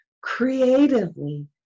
creatively